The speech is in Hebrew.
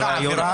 שלמה,